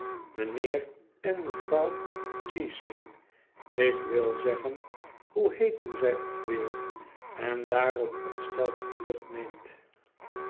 mijnheer en mevrouw cheeseming ik wil zeggen hoe heeten zij ook weer en daarop ontsteld de vlucht neemt